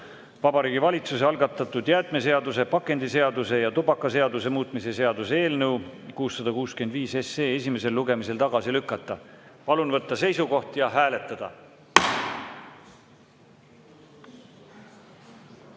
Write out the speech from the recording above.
Vabariigi Valitsuse algatatud jäätmeseaduse, pakendiseaduse ja tubakaseaduse muutmise seaduse eelnõu 665 esimesel lugemisel tagasi lükata. Palun võtta seisukoht ja hääletada!